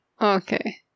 Okay